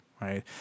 right